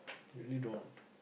you really don't